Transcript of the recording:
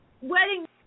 Wedding